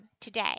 today